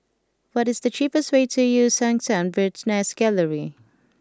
what is the cheapest way to Eu Yan Sang Bird's Nest Gallery